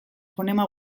fonema